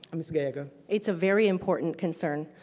ms. gallego. it's a very important concern.